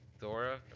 Dora